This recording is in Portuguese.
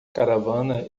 caravana